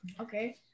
okay